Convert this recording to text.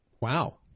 wow